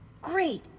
Great